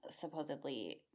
supposedly